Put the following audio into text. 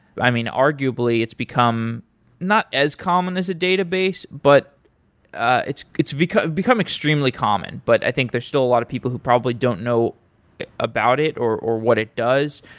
i mean, arguably, it's become not as common as a database but ah it's it's become become extremely common but i think there's still a lot of people who probably don't know about it or or what it does.